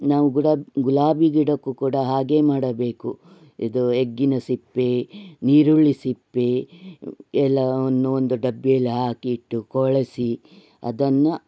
ನಾವು ಗುಲಾಬಿ ಗುಲಾಬಿ ಗಿಡಕ್ಕೂ ಕೂಡ ಹಾಗೇ ಮಾಡಬೇಕು ಇದು ಎಗ್ಗಿನ ಸಿಪ್ಪೆ ಈರುಳ್ಳಿ ಸಿಪ್ಪೆ ಎಲ್ಲವನ್ನು ಒಂದು ಡಬ್ಬಿಯಲ್ಲಿ ಹಾಕಿಟ್ಟು ಕೊಳೆಸಿ ಅದನ್ನು